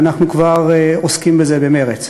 ואנחנו כבר עוסקים בזה במרץ.